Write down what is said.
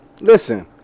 Listen